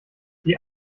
die